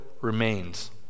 remains